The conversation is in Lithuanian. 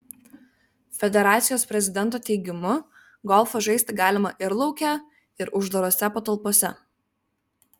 federacijos prezidento teigimu golfą žaisti galima ir lauke ir uždarose patalpose